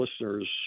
listeners